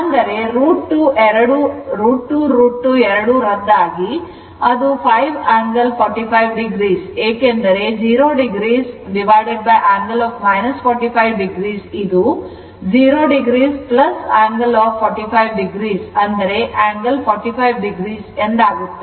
ಅಂದರೆ √ 2 √ 2 ಎರಡು ರದ್ದಾಗಿ ಅದು 5 angle 45 o ಏಕೆಂದರೆ 0 o angle 45 o ಇದು 0 o 45 o angle 45 o ಎಂದಾಗುತ್ತದೆ